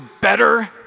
better